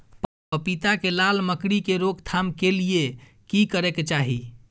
पपीता मे लाल मकरी के रोक थाम के लिये की करै के चाही?